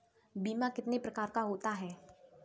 बीमा कितने प्रकार का होता है?